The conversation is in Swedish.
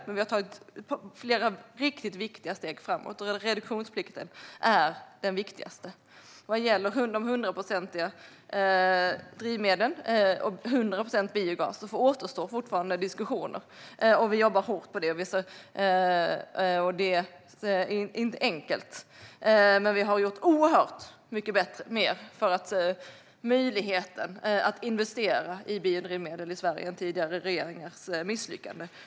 Men vi har tagit flera riktigt viktiga steg framåt, och reduktionsplikten är det viktigaste. Vad gäller drivmedel med 100 procent biogas återstår fortfarande diskussioner. Vi jobbar hårt med det. Det är inte enkelt. Men vi har gjort oerhört mycket mer för möjligheten att investera i biodrivmedel i Sverige än tidigare regeringars misslyckande.